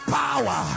power